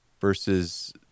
versus